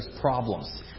problems